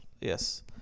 Yes